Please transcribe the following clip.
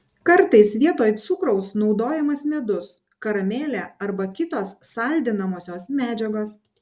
kartais vietoj cukraus naudojamas medus karamelė arba kitos saldinamosios medžiagos